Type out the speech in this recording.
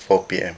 four P_M